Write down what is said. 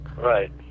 Right